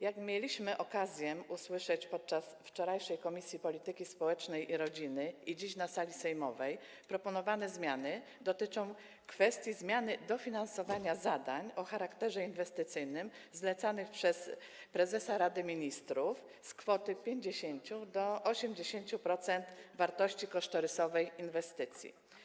Jak mieliśmy okazję usłyszeć wczoraj podczas posiedzenia Komisji Polityki Społecznej i Rodziny i dziś na sali sejmowej, proponowane zmiany dotyczą zmiany dofinansowania zadań o charakterze inwestycyjnym zlecanych przez prezesa Rady Ministrów z 50 do 80% wartości kosztorysowej inwestycji.